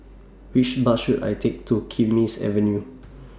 Which Bus should I Take to Kismis Avenue